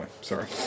sorry